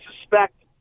suspect